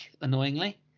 annoyingly